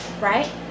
right